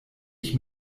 ich